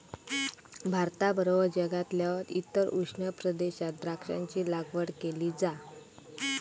भारताबरोबर जगातल्या इतर उष्ण प्रदेशात द्राक्षांची लागवड केली जा